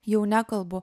jau nekalbu